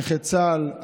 נכה צה"ל,